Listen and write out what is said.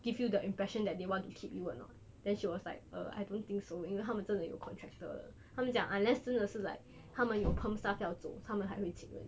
give you the impression that they want to keep you or not then she was like uh I don't think so 因为他们真的有 contractor 了他们讲 unless 真的是 like 他们有 perm staff 要走他们才会请人